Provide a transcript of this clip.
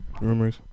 Rumors